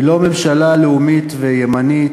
היא לא ממשלה לאומית וימנית,